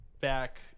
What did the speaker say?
back